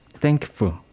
thankful